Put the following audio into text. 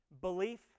belief